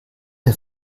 der